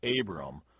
Abram